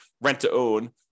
rent-to-own